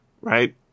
right